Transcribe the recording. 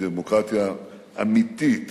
בדמוקרטיה אמיתית